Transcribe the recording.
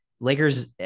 Lakers